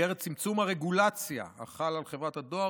במסגרת צמצום הרגולציה החלה על חברת הדואר,